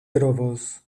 trovos